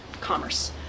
commerce